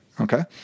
okay